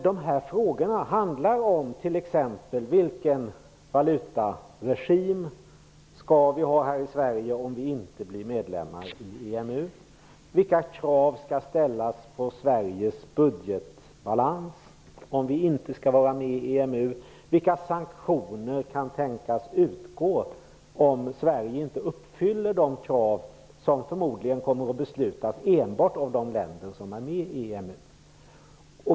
Dessa frågor handlar t.ex. om vilken valutaregim vi skall ha här i Sverige om vi inte blir medlemmar i EMU. Vilka krav skall ställas på Sveriges budgetbalans om vi inte skall vara med i EMU? Vilka sanktioner kan tänkas utgå, om Sverige inte uppfyller de krav som förmodligen kommer att sättas upp enbart av de länder som är med i EMU?